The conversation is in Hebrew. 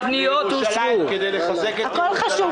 כדי לחזק את ירושלים.